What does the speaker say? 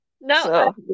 No